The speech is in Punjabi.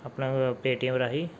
ਆਪਣਾ ਪੇਟੀਐਮ ਰਾਹੀਂ